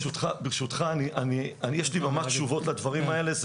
ברשותך, יש לי ממש תשובות לדברים האלה.